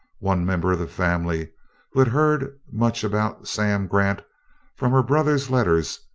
one member of the family who had heard much about sam grant from her brother's letters,